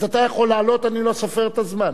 אז אתה יכול לעלות, אני לא סופר את הזמן.